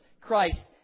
Christ